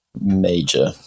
major